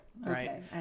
Right